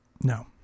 No